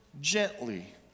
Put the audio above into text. gently